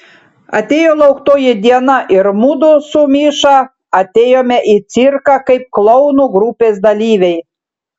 atėjo lauktoji diena ir mudu su miša atėjome į cirką kaip klounų grupės dalyviai